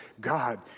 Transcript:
God